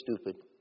stupid